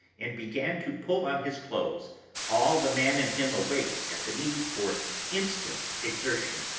and began to pull on his clothes all the man in him awake at the need for instant exertion.